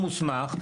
מוסמך,